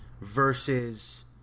versus